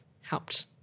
helped